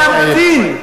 להמתין.